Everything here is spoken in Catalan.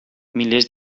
milers